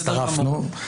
שהצטרפנו אליו.